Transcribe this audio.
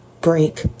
Break